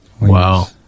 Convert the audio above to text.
Wow